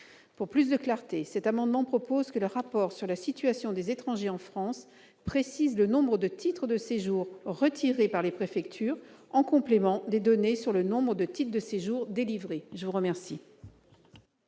nous proposons, par cet amendement, que le rapport sur la situation des étrangers en France précise le nombre de titres de séjour retirés par les préfectures, en complément des données sur le nombre de titres de séjour délivrés. Quel